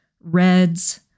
reds